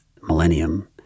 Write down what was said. millennium